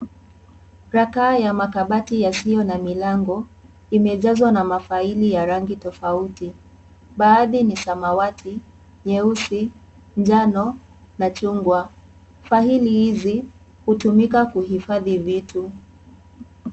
Rakaa ya makabati yasiyo na milango imejazwa na mafaili ya rangi tofauti . Baadhi NI samawati, nyeusi, njano na chungwa ,faili hizi hutumika kuhifadhi vitu.